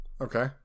Okay